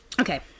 Okay